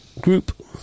group